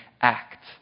act